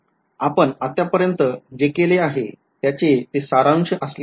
आपण आत्तापर्यन्त जे केले आहे त्याचे ते सारांश असल्यासारखे आहे